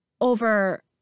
over